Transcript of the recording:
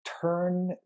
turn